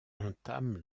entame